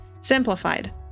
Simplified